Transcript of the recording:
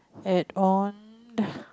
add on